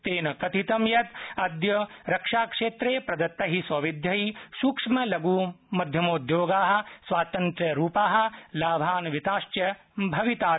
तेन कथितं यत् अद्य रक्षा क्षेत्रे प्रदत्तै सौविध्यै सूक्ष्म लघु मध्यमोद्योगा स्वातन्त्रयरूपा लाभान्विताश्च भवितार